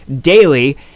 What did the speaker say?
daily